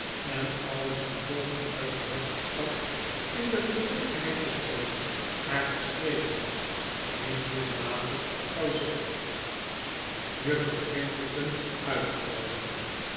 en ouders en voogden uit de hoofdstad in de gelegenheid te stelien haar te spreken niet doelmatig zou zijn juffrouw twinkleton uit tenoodigen